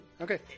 Okay